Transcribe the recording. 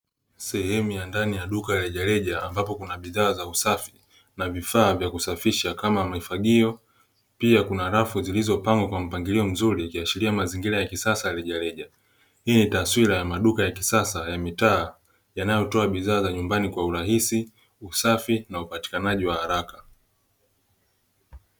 Sehemu ya ndani ya duka la rejareja ambapo kuna bidhaa za usafi na vifaa vya kusafisha kama mifagio, pia kuna rafu zilizopangwa kwa mpangilio mzuri ikiashiria mazingira ya kisasa ya rejareja. Hii ni taswira ya maduka ya kisasa ya mitaa yanayotoa bidhaa za nyumbani kwa urahisi, usafi na upatikanaji wa haraka.